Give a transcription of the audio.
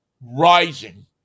rising